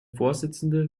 vorsitzende